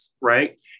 right